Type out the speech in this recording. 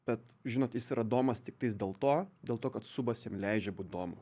bet žinot jis yra domas tiktais dėl to dėl to kad subas jam leidžia būt domu